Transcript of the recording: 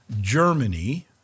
Germany